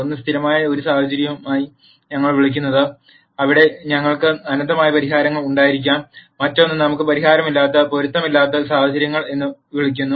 ഒന്ന് സ്ഥിരമായ ഒരു സാഹചര്യമായി ഞങ്ങൾ വിളിക്കുന്നത് അവിടെ ഞങ്ങൾക്ക് അനന്തമായ പരിഹാരങ്ങൾ ഉണ്ടായിരിക്കാം മറ്റൊന്ന് നമുക്ക് പരിഹാരമില്ലാത്ത പൊരുത്തമില്ലാത്ത സാഹചര്യം എന്ന് വിളിക്കുന്നു